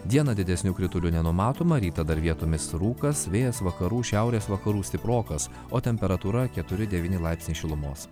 dieną didesnių kritulių nenumatoma rytą dar vietomis rūkas vėjas vakarų šiaurės vakarų stiprokas o temperatūra keturi devyni laipsniai šilumos